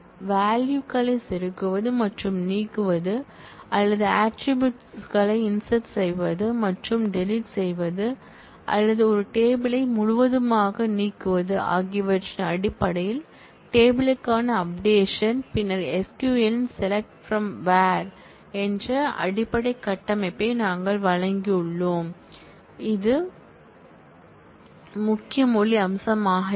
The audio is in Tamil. வால்யூகளைச் செருகுவது மற்றும் நீக்குதல் அல்லது ஆட்ரிபூட்ஸ் களைச் இன்ஸெர்ட் செய்தல் அல்லது டெலீட் செய்தல் அல்லது ஒரு டேபிள் யை முழுவதுமாக நீக்குதல் ஆகியவற்றின் அடிப்படையில் டேபிள் க்கான அப்டேஷன் பின்னர் SQL இன் SELECT FROM WHERE என்ற அடிப்படை கட்டமைப்பை நாங்கள் வழங்கியுள்ளோம் இது முக்கிய மொழி அம்சமாக இருக்கும்